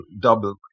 double